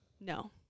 No